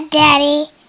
Daddy